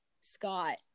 scott